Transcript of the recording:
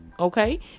Okay